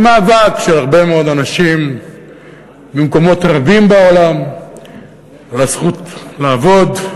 הוא מאבק של הרבה מאוד אנשים במקומות רבים בעולם על הזכות לעבוד,